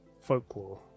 folklore